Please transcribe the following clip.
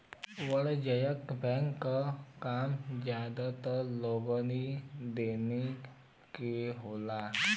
वाणिज्यिक बैंक क काम जादातर लेनी देनी के होला